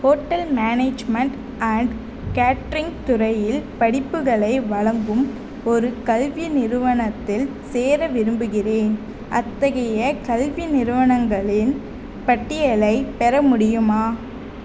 hotel management and catering துறையில் படிப்புகளை வழங்கும் ஒரு கல்வி நிறுவனத்தில் சேர விரும்புகிறேன் அத்தகைய கல்வி நிறுவனங்களின் பட்டியலைப் பெற முடியுமா